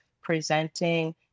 presenting